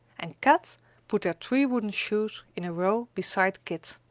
and kat put their three wooden shoes in a row beside kit.